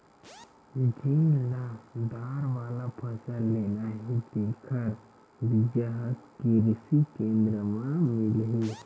जेन ल दार वाला फसल लेना हे तेखर बीजा ह किरसी केंद्र म मिलही